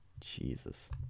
Jesus